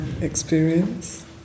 experience